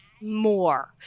more